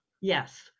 yes